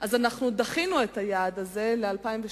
אז דחינו את היעד הזה ל-2012.